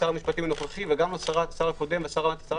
שר המשפטים הנוכחי וגם לא הקודם או שרת